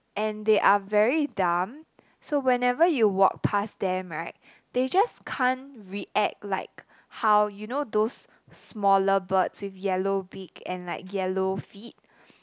and they are very dumb so whenever you walk past them right they just can't react like how you know those smaller birds with yellow beak and like yellow feet